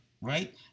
right